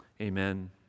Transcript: amen